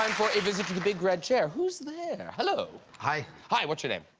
um for a visit to the big red chair, who's there? hello. hi. hi. what's your name?